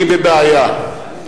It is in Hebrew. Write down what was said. אני בבעיה.